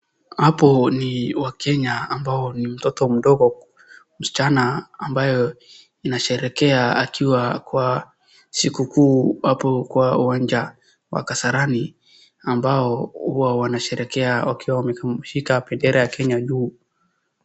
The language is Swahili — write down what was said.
Hapo ni WaKenya ambao ni mtoto mdogo, msichana ambayo inasherekea akiwa kwa sikuku hapo kwa uwanja wa Kasarani, ambao huwa wanasherekea wakiwa wameshika bendera ya Kenya juu.